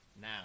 Now